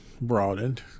broadened